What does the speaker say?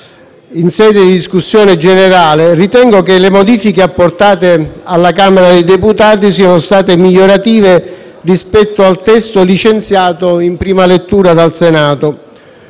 in sede di discussione generale, ritengo che le modifiche apportate alla Camera dei deputati siano state migliorative rispetto al testo licenziato in prima lettura dal Senato.